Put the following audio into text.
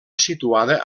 situada